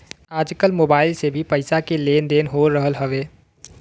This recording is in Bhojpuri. आजकल मोबाइल से भी पईसा के लेन देन हो रहल हवे